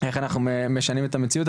איך אנחנו משנים את המציאות.